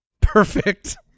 Perfect